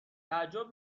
تعجب